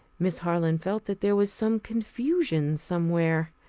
miss harland felt that there was some confusion somewhere.